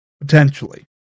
potentially